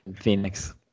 phoenix